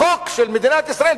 בחוק של מדינת ישראל,